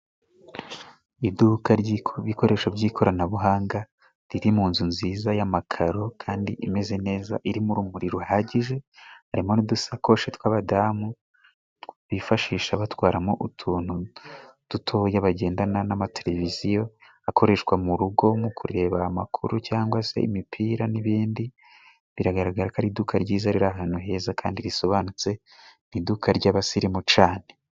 Iduka ry' ibikoresho by'ikoranabuhanga， riri munzu nziza y'amakaro， kandi imeze neza irimo urumuri ruhagije，harimo n'udusakoshi tw'abadamu bifashisha batwaramo utuntu dutoya bagendana， n'amatereviziyo akoreshwa murugo， mu kureba amakuru cangwa se imipira， n'ibindi biragaragara ko ari iduka ryiza， riri ahantu heza kandi risobanutse， ni iduka ry’abasirimu cane.